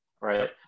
right